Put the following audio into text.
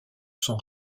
sont